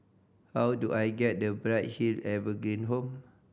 how do I get to Bright Hill Evergreen Home